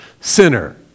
sinner